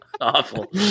awful